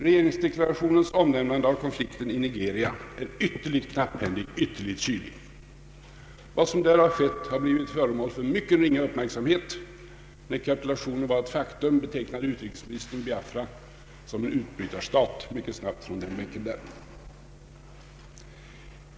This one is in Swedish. Regeringsdeklarationens omnämnande av konflikten i Nigeria är ytterligt knapphändigt och ytterligt kyligt. Vad som där sker har blivit föremål för mycket ringa uppmärksamhet. När kapitulationen var ett faktum betecknade utrikesministern snabbt Biafra som en utbrytarstat.